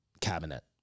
cabinet